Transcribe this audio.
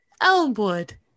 elmwood